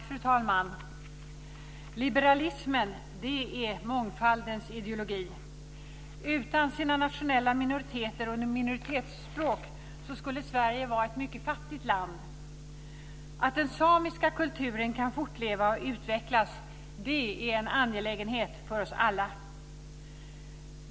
Fru talman! Liberalismen är mångfaldens ideologi. Utan sina nationella minoriteter och minoritetsspråk skulle Sverige vara ett mycket fattigt land. Att den samiska kulturen kan fortleva och utvecklas är en angelägenhet för oss alla.